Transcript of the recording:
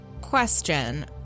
Question